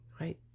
Right